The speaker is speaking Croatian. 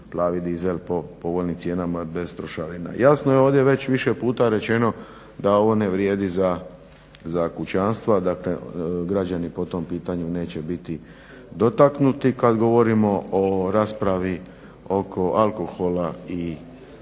plavi dizel po povoljnim cijenama bez trošarina. Jasno je ovdje već više puta rečeno da ovo ne vrijedi za kućanstava, dakle građani po tom pitanju neće biti dotaknuti. Kada govorimo o raspravi oko alkohola i oko cigareta,